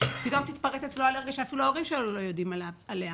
פתאום תתפרץ אצלו אלרגיה שאפילו ההורים שלו לא יודעים עליה.